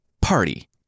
Party